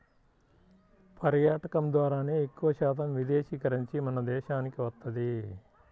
పర్యాటకం ద్వారానే ఎక్కువశాతం విదేశీ కరెన్సీ మన దేశానికి వత్తది